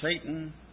Satan